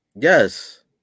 Yes